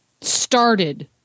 started